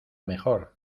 mejor